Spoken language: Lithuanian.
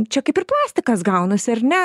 čia kaip ir plastikas gaunasi ar ne